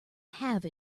have